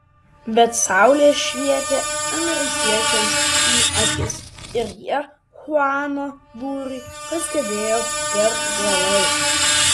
bet saulė švietė amerikiečiams į akis ir jie chuano būrį pastebėjo per vėlai